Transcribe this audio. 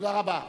תודה רבה.